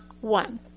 one